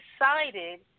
decided